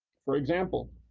for example,